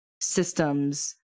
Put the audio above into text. systems